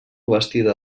bastida